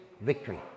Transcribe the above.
victory